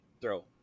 Throw